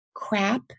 Crap